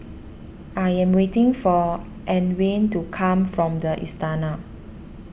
I am waiting for Antwain to come back from the Istana